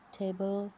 table